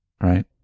Right